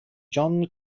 john